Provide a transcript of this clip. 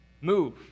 move